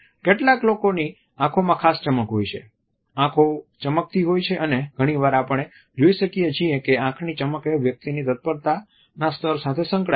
કેટલાક લોકોની આંખોમાં ખાસ ચમક હોય છે આંખો ચમકતી હોય છે અને ઘણી વાર આપણે જોઈ શકીએ છીએ કે આંખની ચમક એ વ્યક્તિની તત્પરતાના સ્તર સાથે સંકળાયેલ છે